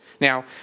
Now